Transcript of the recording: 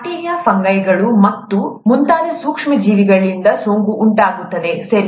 bacteria ಫಂಗೈಗಳು ಮತ್ತು ಮುಂತಾದ ಸೂಕ್ಷ್ಮಜೀವಿಗಳಿಂದ ಸೋಂಕು ಉಂಟಾಗುತ್ತದೆ ಸರಿ